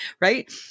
right